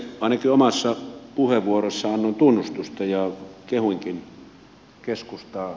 ainakin omassa puheenvuorossani annoin tunnustusta ja kehuinkin keskustaa